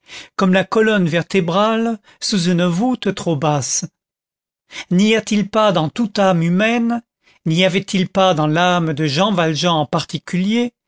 comme la colonne vertébrale sous une voûte trop basse n'y a-t-il pas dans toute âme humaine n'y avait-il pas dans l'âme de jean valjean en particulier